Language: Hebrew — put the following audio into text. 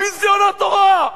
ביזיון התורה.